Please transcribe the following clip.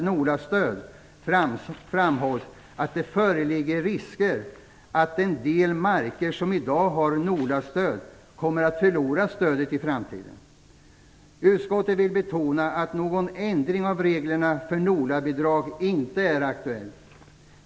NOLA-stöd framhålls att det föreligger risker för att en del marker som i dag har NOLA-stöd kommer att förlora stödet i framtiden. Utskottet vill betona att någon ändring av reglerna för NOLA-bidrag inte är aktuell.